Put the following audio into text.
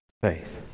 faith